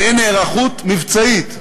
ואין היערכות מבצעית.